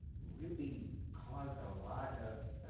really caused a lot of